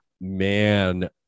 man